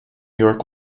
york